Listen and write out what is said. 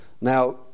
Now